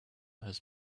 has